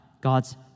God's